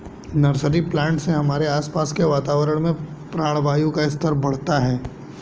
nursery plant से हमारे आसपास के वातावरण में प्राणवायु का स्तर बढ़ता है